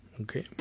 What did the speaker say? Okay